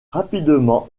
rapidement